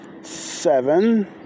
Seven